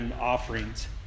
offerings